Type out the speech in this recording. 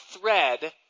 thread